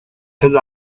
and